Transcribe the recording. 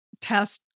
test